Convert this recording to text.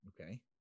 Okay